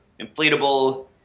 inflatable